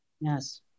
Yes